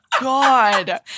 god